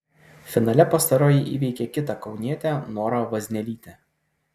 finale pastaroji įveikė kitą kaunietę norą vaznelytę